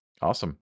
Awesome